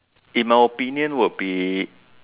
in my opinion would be